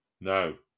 No